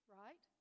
right